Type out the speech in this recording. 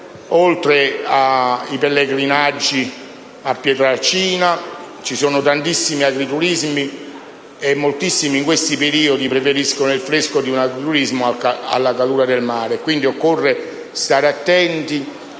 che portano a Pietrelcina, ci sono tantissimi agriturismi e molte persone in questo periodo preferiscono il fresco di un agriturismo alla calura del mare. Quindi, occorre stare attenti